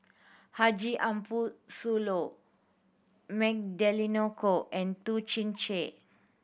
Haji Ambo Sooloh Magdalene Khoo and Toh Chin Chye